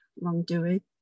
wrongdoing